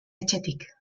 etxetik